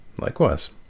Likewise